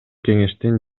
кеңештин